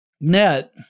net